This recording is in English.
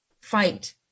fight